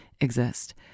exist